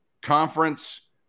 conference